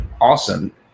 Awesome